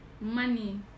money